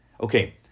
okay